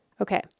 Okay